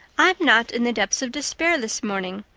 i'm not in the depths of despair this morning.